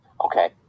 Okay